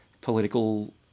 political